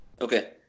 Okay